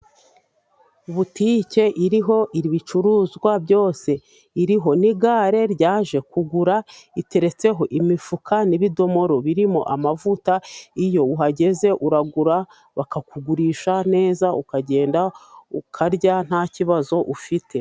Butike iriho ibicuruzwa byose iriho n'igare ryaje kugura riteretseho imifuka n'ibidomoro birimo amavuta, iyo uhageze uragura bakakugurisha neza, ukagenda ukarya ntakibazo ufite.